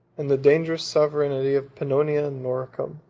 and the dangerous sovereignty of pannonia and noricum,